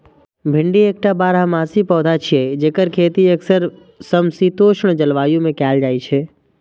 भिंडी एकटा बारहमासी पौधा छियै, जेकर खेती अक्सर समशीतोष्ण जलवायु मे कैल जाइ छै